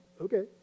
okay